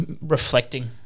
reflecting